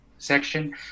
Section